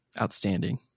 Outstanding